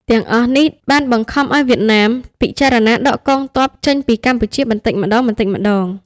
ទាំងអស់នេះបានបង្ខំឱ្យវៀតណាមពិចារណាដកកងទ័ពចេញពីកម្ពុជាបន្តិចម្តងៗ។